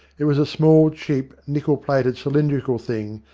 it was a small, cheap, nickel-plated, cylindrical thing,